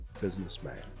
businessman